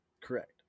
correct